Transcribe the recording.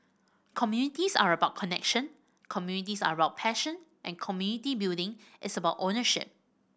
communities are about connection communities are about passion and community building is about ownership